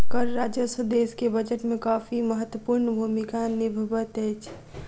कर राजस्व देश के बजट में काफी महत्वपूर्ण भूमिका निभबैत अछि